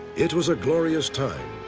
it was a glorious time,